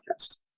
podcast